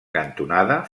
cantonada